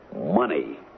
Money